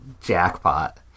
jackpot